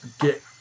get